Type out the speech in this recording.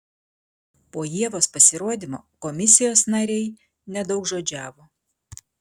po ievos pasirodymo komisijos nariai nedaugžodžiavo